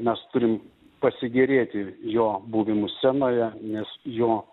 mes turim pasigėrėti jo buvimu scenoje nes jo